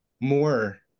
more